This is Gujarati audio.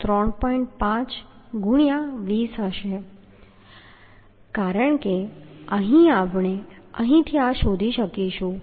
5 ગુણ્યાં 20 હશે કારણ કે અહીં આપણે અહીંથી આ સુધી શોધીશું